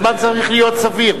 הזמן צריך להיות סביר.